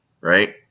right